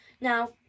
Now